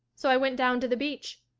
so i went down to the beach.